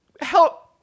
help